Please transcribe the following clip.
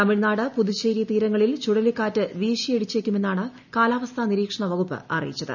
തമിഴ്നാട് പുതുച്ചേരി തീരങ്ങളിൽ ചുഴലിക്കാറ്റ് വീശിയടിച്ചേക്കുമെന്നാണ് കാലാവസ്ഥാ നിരീക്ഷണ വകുപ്പ് അറിയിച്ചത്